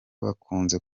bakunze